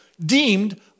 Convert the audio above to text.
deemed